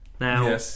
Now